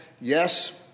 yes